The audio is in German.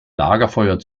lagerfeuer